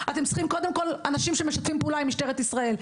אתם צריכים קודם כל אנשים שמשתפים פעולה עם משטרת ישראל.